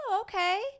Okay